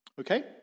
okay